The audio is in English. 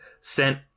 sent